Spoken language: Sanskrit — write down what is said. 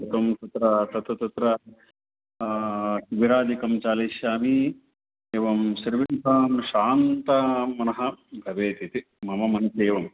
एकं तत्र तत् तत्र विरादिकं चालिष्यामि एवं सर्वदा शान्तं मनः भवेत् इति मम मनसि एवम्